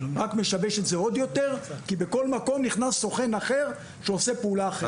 רק משבש את זה עוד יותר כי בכל מקום נכנס סוכן אחר שעושה פעולה אחרת.